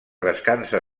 descansa